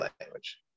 language